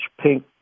pink